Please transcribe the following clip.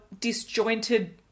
disjointed